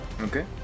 Okay